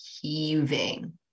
heaving